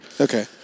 Okay